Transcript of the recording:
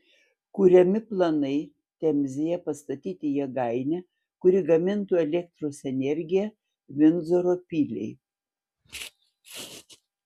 kuriami planai temzėje pastatyti jėgainę kuri gamintų elektros energiją vindzoro piliai